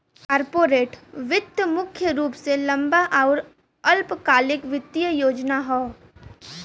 corporate वित्त मुख्य रूप से लंबा आउर अल्पकालिक वित्तीय योजना हौ